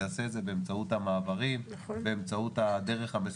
יעשה את זה באמצעות המעברים -- מירב בן ארי,